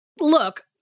look